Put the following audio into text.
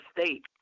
State